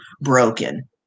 broken